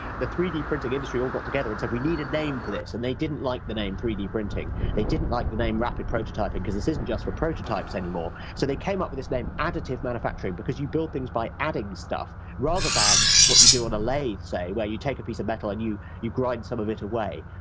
the three d printing industry all got together and said, we need a name for this, and they didn't like the name three d printing, they didn't like the name rapid prototyping, because this isn't just for prototypes any more. so they came up with this name, additive manufacturing, because you build things by adding stuff, rather than what you do on a lathe, say, where you take a piece of metal and you you grind some of it away.